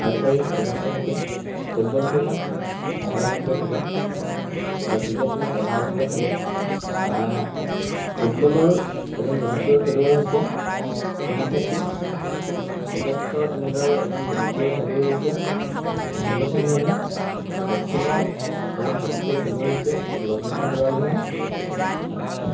আৰ্চাৰিত এজনকৈ থাকে ফুটবল টিমত এঘাৰজনকৈ থাকে আৰু ক্ৰিকেট টিমত এঘাৰজনকৈ থাকে ফুটবলৰ এজন জনপ্ৰিয় খেলুৱৈ হৈছে সুনীল চেট্টি ক্ৰিকেটৰ তেনেদৰে এজন জনপ্ৰিয় খেলুৱৈ হৈছে মহেন্দ্ৰ সিং ধোনি বক্সিংৰ এজন জনপ্ৰিয় খেলুৱৈ হৈছে লভলীনা বুঢ়াগোহাঁই আদি